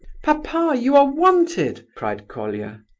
papa, you are wanted! cried colia.